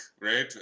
right